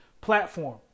platform